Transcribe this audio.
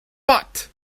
but